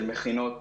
של מכינות,